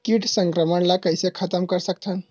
कीट संक्रमण ला कइसे खतम कर सकथन?